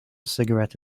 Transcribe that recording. cigarette